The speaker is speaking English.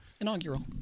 inaugural